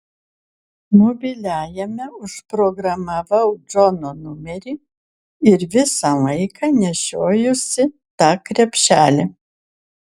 mobiliajame užprogramavau džono numerį ir visą laiką nešiojuosi tą krepšelį